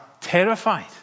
terrified